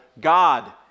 God